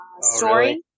story